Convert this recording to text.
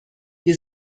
wir